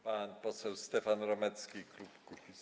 Pan poseł Stefan Romecki, klub Kukiz’15.